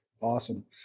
Awesome